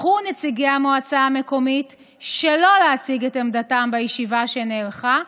בחרו נציגי המועצה המקומית שלא להציג את עמדתם בישיבה שנערכה,